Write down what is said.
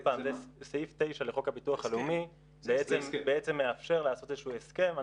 סעיף 9 לחוק הביטוח הלאומי בעצם מאפשר לעשות איזשהו הסכם.